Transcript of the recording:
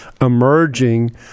emerging